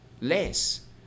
less